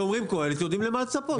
כשאומרים קהלת, יודעים למה לצפות.